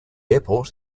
airport